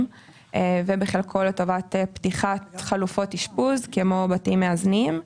וחלק לטובת פתיחת חלופות אשפוז כמו בתים מאזנים.